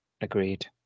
agreed